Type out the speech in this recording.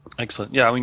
excellent. yeah, i mean